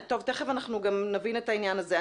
טוב, תיכף אנחנו גם נבין את העניין הזה.